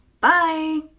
Bye